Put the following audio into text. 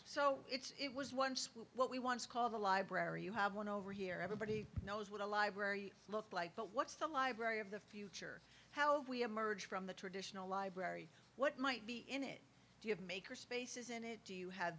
so it's it was once what we once called a library you have one over here everybody knows what a library looked like but what's the library of the future how we emerge from the traditional library what might be in it do you have maker spaces in it do you have